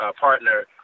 partner